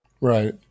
Right